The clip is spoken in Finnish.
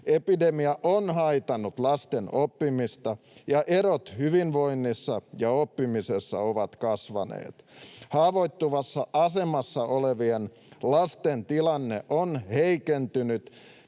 Epidemia on haitannut lasten oppimista, ja erot hyvinvoinnissa ja oppimisessa ovat kasvaneet. Haavoittuvassa asemassa olevien lasten tilanne on heikentynyt,